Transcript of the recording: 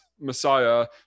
Messiah